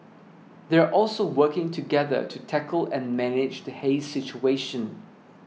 they are also working together to tackle and manage the haze situation